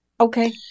Okay